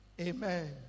Amen